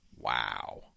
Wow